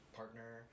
partner